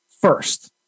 first